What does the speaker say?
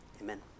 Amen